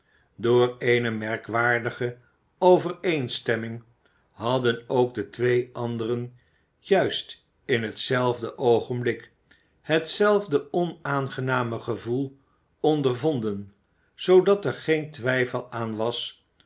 door eene merkwaardige overeenstemming hadden ook de twee anderen juist in hetzelfde oogenblik hetzelfde onaangename gevoel ondervonden zoodat er geen twijfel aan was